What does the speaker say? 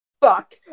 Fuck